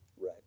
right